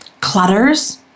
Clutters